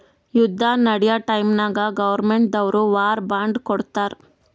ಯುದ್ದ ನಡ್ಯಾ ಟೈಮ್ನಾಗ್ ಗೌರ್ಮೆಂಟ್ ದವ್ರು ವಾರ್ ಬಾಂಡ್ ಕೊಡ್ತಾರ್